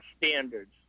standards